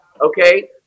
Okay